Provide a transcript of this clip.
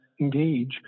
engage